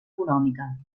econòmica